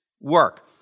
work